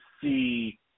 see